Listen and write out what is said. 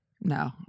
no